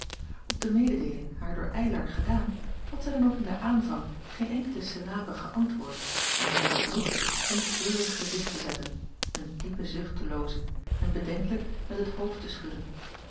op de mededeeling haar door eylar gedaan had zij dan ook in den aanvang geen enkele syllabe geäntwoord maar zich vergenoegd een treurig gezicht te zetten een diepe zucht te loozen en bedenkelijk met het hoofd te schudden